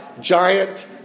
giant